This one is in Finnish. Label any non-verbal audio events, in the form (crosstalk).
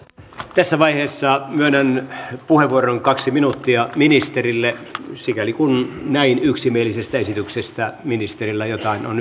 tässä vaiheessa myönnän puheenvuoron kaksi minuuttia ministerille sikäli kun nyt näin yksimielisestä esityksestä ministerillä jotain on (unintelligible)